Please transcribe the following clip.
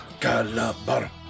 Calabar